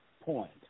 point